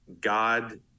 God